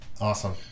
Awesome